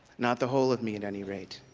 not the whole of me at any rate